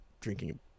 drinking